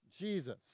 Jesus